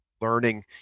learning